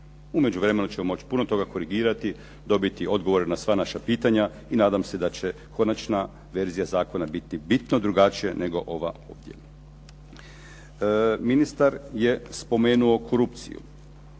U međuvremenu ćemo moći puno toga korigirati, dobiti odgovore na sva naša pitanja i nadam se da će konačna verzija zakona biti bitno drugačija nego ova ovdje. Ministar je spomenuo korupciju.